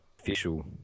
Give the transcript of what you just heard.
official